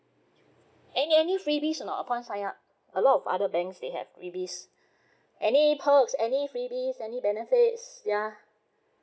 and any freebies or not upon sign up a lot of other banks they have freebies any perks any freebies any benefits yeah